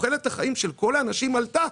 תוחלת החיים של כל האנשים עלתה.